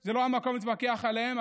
זה לא המקום להתווכח עליהן,